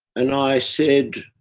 and i said,